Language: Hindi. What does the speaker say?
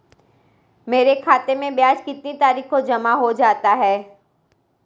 मेरे खाते में ब्याज कितनी तारीख को जमा हो जाता है?